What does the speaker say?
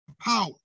power